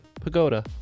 Pagoda